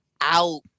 out